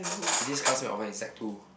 there is this classmate of mine in sec two